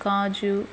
cashew